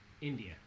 India